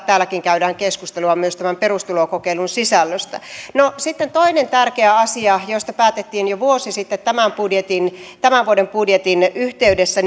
täälläkin käydään keskustelua myös tämän perustulokokeilun sisällöstä no sitten toinen tärkeä asia josta päätettiin jo vuosi sitten tämän vuoden budjetin yhteydessä